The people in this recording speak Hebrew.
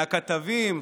מהכתבים,